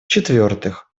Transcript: четвертых